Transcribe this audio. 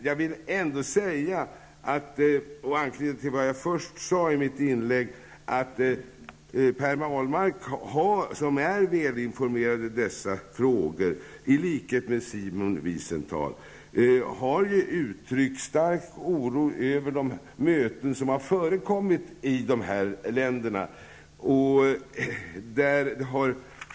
Jag vill ändock anknyta till vad jag först sade i mitt inlägg, nämligen att Per Ahlmark som är välinformerad i dessa frågor, i likhet med Simon Wiesentahl, har uttryckt stark oro över de möten som har förekommit i dessa länder.